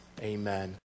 Amen